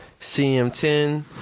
CM10